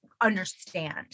understand